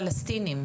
פלסטינים.